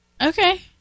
Okay